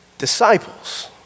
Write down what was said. disciples